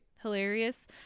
hilarious